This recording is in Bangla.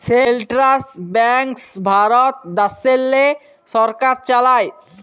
সেলট্রাল ব্যাংকস ভারত দ্যাশেল্লে সরকার চালায়